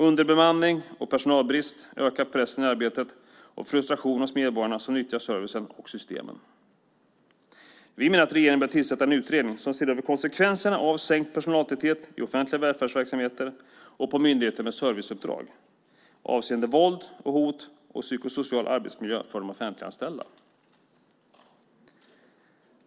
Underbemanning och personalbrist ökar pressen i arbetet och frustrationen hos medborgarna som nyttjar servicen och systemen. Vi menar att regeringen bör tillsätta en utredning som ser över konsekvenserna av sänkt personaltäthet i offentliga välfärdsverksamheter och på myndigheter med serviceuppdrag avseende våld och hot och psykosocial arbetsmiljö för de offentliganställda.